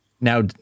Now